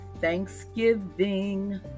thanksgiving